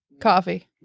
coffee